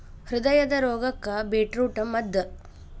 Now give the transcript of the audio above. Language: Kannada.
ಹೃದಯದ ರೋಗಕ್ಕ ಬೇಟ್ರೂಟ ಮದ್ದ